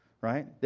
right